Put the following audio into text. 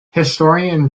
historian